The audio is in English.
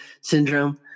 syndrome